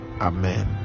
Amen